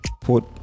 put